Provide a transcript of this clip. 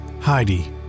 Heidi